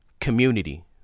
community